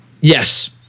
Yes